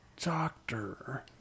doctor